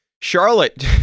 Charlotte